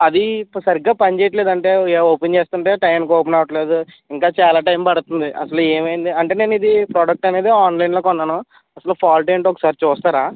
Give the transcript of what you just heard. అది ఇప్పుడు సరిగ్గా పని చేయడంలేదు ఇలా ఓపెన్ చేస్తుంటే టైంకి ఓపెన్ అవడంలేదు ఇంకా చాలా టైమ్ పడుతుంది అసలు ఏమైంది అంటే నేను ఇది ప్రోడక్ట్ అనేది ఆన్లైన్లో కొన్నాను అసలు ఫాల్ట్ ఏంటో ఒకసారి చూస్తారా